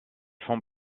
font